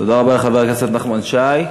תודה רבה לחבר הכנסת נחמן שי.